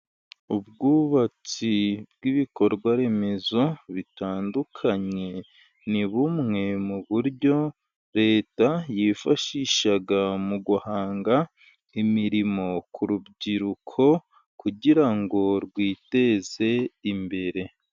Ubwubatsi bw'ibikorwaremezo bitandukanye ni bumwe mu buryo Leta yifashisha mu guhanga imirimo ku rubyiruko kugira ngo rwiteze imbere.